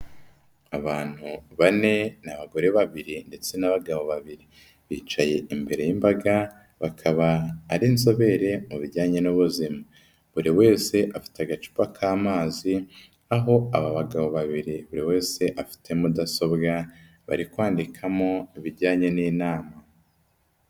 Abantu bane, ni abagore babiri ndetse n'abagabo babiri. Bicaye imbere y'imbaga bakaba ari inzobere mu bijyanye n'ubuzima, buri wese afite agacupa k'amazi, aho aba bagabo babiri buri wese afite mudasobwa bari kwandikamo ibijyanye n'inama.